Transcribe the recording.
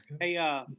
hey